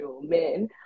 men